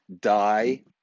die